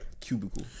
Cubicle